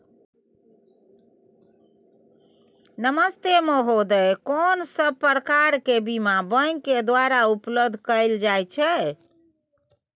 नमस्ते महोदय, कोन सब प्रकार के बीमा बैंक के द्वारा उपलब्ध कैल जाए छै?